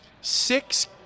six